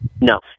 No